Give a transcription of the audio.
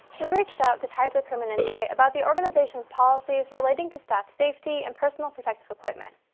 we reached out to kaiser permanente about the organization's policies relating to staff safety and personal protective equipment.